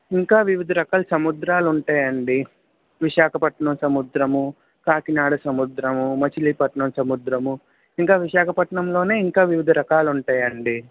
ఇంకా వివిధ రకాల సముద్రాలు ఉంటాయండి విశాఖపట్నం సముద్రము కాకినాడ సముద్రము మచిలీపట్నం సముద్రము ఇంకా విశాఖపట్నంలోనే ఇంకా వివిధ రకాలు ఉంటాయండి